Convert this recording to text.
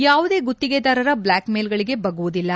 ಯಾವುದೇ ಗುತ್ತಿಗೆದಾರರ ಬ್ಲಾಕ್ಮೇಲ್ಗಳಗೆ ಬಗ್ಗುವುದಿಲ್ಲ